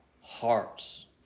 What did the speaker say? hearts